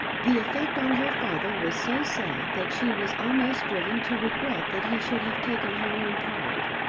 the effect on her father was so sad that she was almost driven to regret that he should have taken her own part.